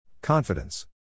Confidence